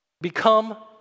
become